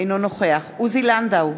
אינו נוכח עוזי לנדאו,